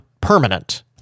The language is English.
permanent